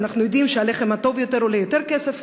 כי אנחנו יודעים שהלחם הטוב יותר עולה יותר כסף,